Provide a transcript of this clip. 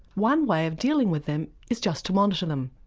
one way of dealing with them is just to monitor them.